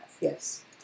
Yes